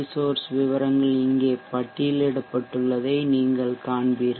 source விவரங்கள் இங்கே பட்டியலிடப்பட்டுள்ளதை நீங்கள் இங்கே காண்கிறீர்கள்